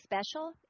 special